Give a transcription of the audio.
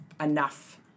enough